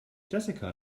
jessica